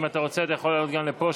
אם אתה רוצה, אתה יכול לעלות גם לפה.